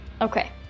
Okay